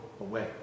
away